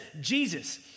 Jesus